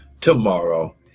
tomorrow